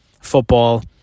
football